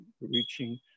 reaching